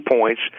points